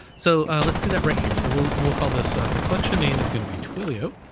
so let's do that right here. so we'll we'll call this the collection name is gonna be twilio,